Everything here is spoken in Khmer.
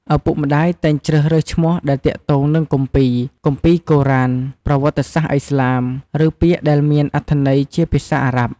ឪពុកម្តាយតែងជ្រើសរើសឈ្មោះដែលទាក់ទងនឹងគម្ពីរ គម្ពីរកូរ៉ាន ប្រវត្តិសាស្ត្រឥស្លាម ឬពាក្យដែលមានអត្ថន័យជាភាសា អារ៉ាប់។